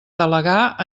delegar